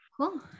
Cool